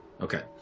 Okay